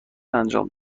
انجام